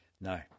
No